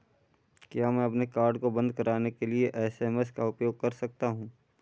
क्या मैं अपने कार्ड को बंद कराने के लिए एस.एम.एस का उपयोग कर सकता हूँ?